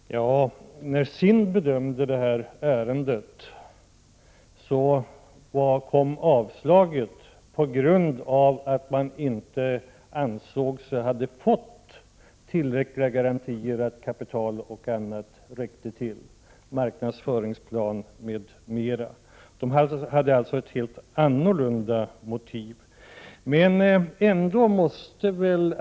Herr talman! När det gäller SIND:s bedömning av ärendet berodde utslaget på att man inte ansåg sig ha fått tillräckliga garantier för att kapital och annat — marknadsföringsplan m.m. — räckte till. Det fanns alltså ett helt annat motiv.